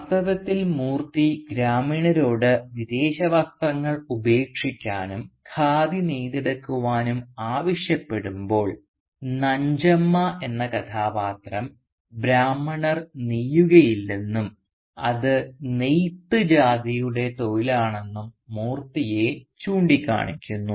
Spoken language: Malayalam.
വാസ്തവത്തിൽ മൂർത്തി ഗ്രാമീണരോട് വിദേശ വസ്ത്രങ്ങൾ ഉപേക്ഷിക്കാനും ഖാദി നെയ്തെടുക്കാനും ആവശ്യപ്പെടുമ്പോൾ നഞ്ചമ്മ എന്ന കഥാപാത്രം ബ്രാഹ്മണർ നെയ്യുകയില്ലെന്നും അത് നെയ്ത്ത് ജാതിയുടെ തൊഴിലാണെന്നും മൂർത്തിയെ ചൂണ്ടിക്കാണിക്കുന്നു